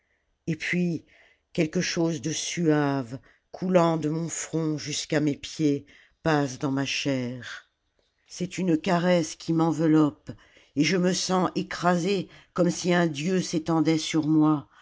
et puis quelque chose de suave coulant de mon front jusqu'à mes pieds passe dans ma chair c'est une caresse qui m'enveloppe et je me sens écra sée comme si un dieu s'étendait sur moi